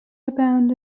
abound